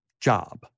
job